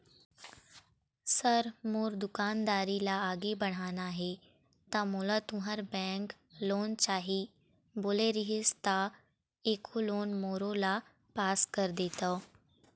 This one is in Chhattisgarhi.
सर मोर दुकानदारी ला आगे बढ़ाना हे ता मोला तुंहर बैंक लोन चाही बोले रीहिस ता एको लोन मोरोला पास कर देतव?